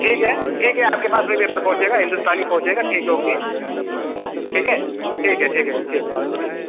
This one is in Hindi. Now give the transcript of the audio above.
ठीक है ठीक है आपके पास भी पेपर पहुँचेगा हिन्दुस्तानी पहुँचेगा ठीक है ओके ठीक है ठीक है ठीक ठीक